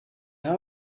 now